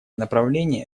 направление